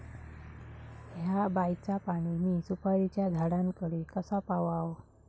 हया बायचा पाणी मी सुपारीच्या झाडान कडे कसा पावाव?